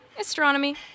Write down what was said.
Astronomy